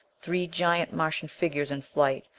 three giant martian figures in flight,